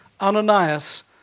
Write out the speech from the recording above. Ananias